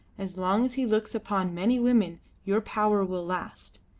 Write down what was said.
as long as he looks upon many women your power will last,